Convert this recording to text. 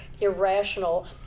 irrational